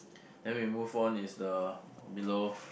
then we move on is the below